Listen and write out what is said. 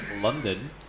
London